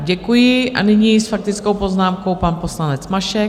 Děkuji a nyní s faktickou poznámkou pan poslanec Mašek.